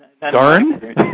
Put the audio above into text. Darn